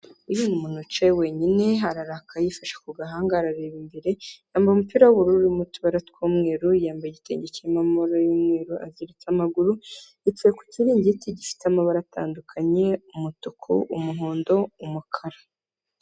Iyo umuntu yicaye wenyine araraka yifashe ku gahanga arareba imbere yambaye umupira w'ubururu n'utubara tw'umweru yambaye igitenge kirimo amabara y'umweru aziritse amaguru yicaye ku kiringiti gifite amabara atandukanye umutuku umuhondo umukara.